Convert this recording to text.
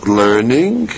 learning